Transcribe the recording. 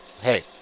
Hey